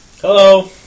Hello